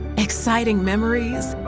exciting memories,